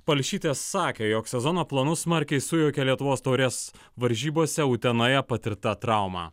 palšytė sakė jog sezono planus smarkiai sujaukė lietuvos taurės varžybose utenoje patirta trauma